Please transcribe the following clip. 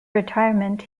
retirement